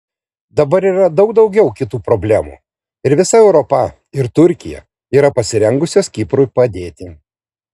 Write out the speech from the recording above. dabar yra daug daugiau kitų problemų ir visa europa ir turkija yra pasirengusios kiprui padėti